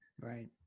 right